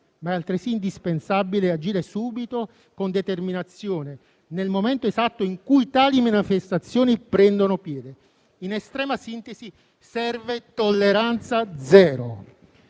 ma è altresì indispensabile agire subito con determinazione, nel momento esatto in cui tali manifestazioni prendono piede. In estrema sintesi, serve tolleranza zero.